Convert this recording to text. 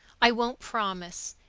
i won't promise.